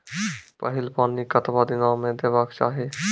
पहिल पानि कतबा दिनो म देबाक चाही?